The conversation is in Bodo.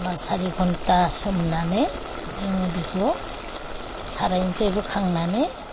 बा सारि घन्टा सोमनानै जोङो बेखौ सारायनिफ्राय बोखांनानै